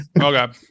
Okay